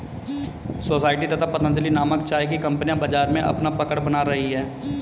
society तथा पतंजलि नामक चाय की कंपनियां बाजार में अपना पकड़ बना रही है